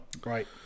Great